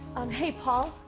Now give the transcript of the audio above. um, hey paul?